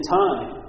time